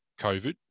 COVID